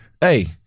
hey